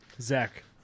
Zach